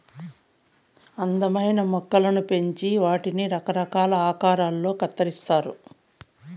అందమైన మొక్కలను పెంచి వాటిని రకరకాల ఆకారాలలో అందంగా కత్తిరిస్తారు